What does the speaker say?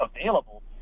available